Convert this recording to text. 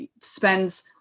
spends